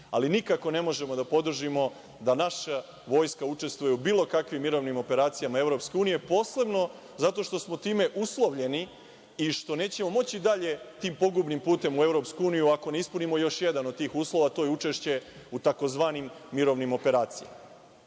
ali nikako ne možemo da podržimo da naša Vojska učestvuje u bilo kakvim mirovnim operacijama EU, posebno zato što smo time uslovljeni i što nećemo moći dalje tim pogubnim putem u EU ako ne ispunimo još jedan od tih uslova, a to je učešće u tzv. mirovnim operacijama. Verujte,